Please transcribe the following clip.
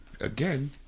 again